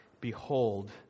Behold